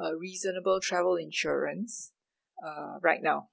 uh reasonable travel insurance uh right now